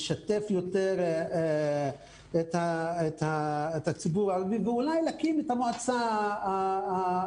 לשתף יותר את הציבור הערבי ואולי להקים את המועצה המייעצת,